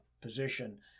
position